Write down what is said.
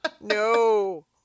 No